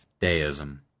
Deism